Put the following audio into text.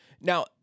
Now